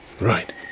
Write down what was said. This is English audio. Right